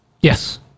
Yes